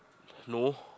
no